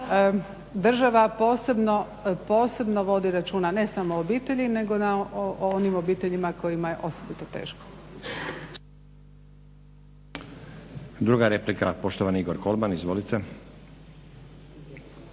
država posebno vodi računa ne samo o obitelji nego o onim obiteljima kojima je osobito teško.